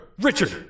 Richard